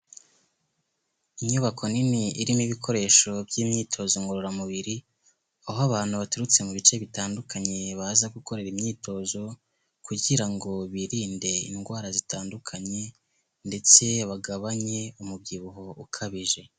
Inyubako nini irimo ibikoresho by'imyitozo ngororamubiri, aho abantu baturutse mu bice bitandukanye baza gukorera imyitozo, kugira ngo birinde indwara zitandukanye ndetse bagabanye umubyibuho ukabije.